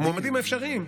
המועמדים האפשריים,